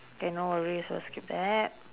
okay no worries we'll skip that